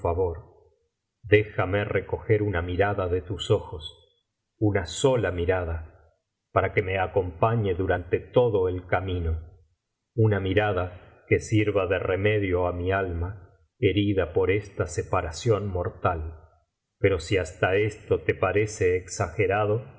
déjame recoger una mirada de tus ojos tma sola mirada para que me acompañe durante todo el camino tina mirada que sirva de remedio á mi alma herida por esta separación mortal pero si jiasta esto te parece exagerado